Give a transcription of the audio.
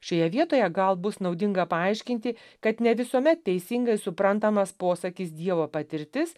šioje vietoje gal bus naudinga paaiškinti kad ne visuomet teisingai suprantamas posakis dievo patirtis